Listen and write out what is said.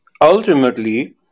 ultimately